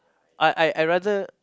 I I I rather